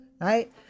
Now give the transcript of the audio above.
right